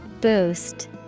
Boost